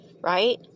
Right